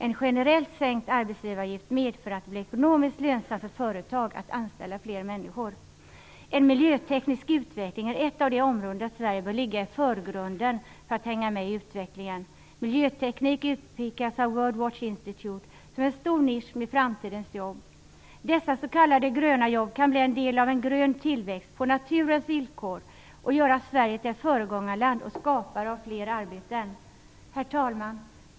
En generellt sänkt arbetsgivaravgift medför att det blir ekonomiskt lönsamt för företag att anställa fler människor. En miljöteknisk utveckling är ett av de områden där Sverige bör ligga i förgrunden för att hänga med i utvecklingen. Miljöteknik utpekas av World Watch Institute som en stor nisch med framtidens jobb. Dessa s.k. gröna jobb kan bli en del av en grön tillväxt på naturens villkor och göra Sverige till ett föregångarland och skapare av fler arbeten. Herr talman!